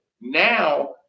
Now